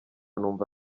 numva